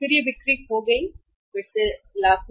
फिर यह बिक्री खो गया था फिर से लाख रु